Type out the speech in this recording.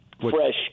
fresh